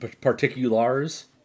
particulars